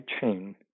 chain